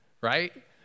right